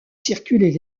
circuler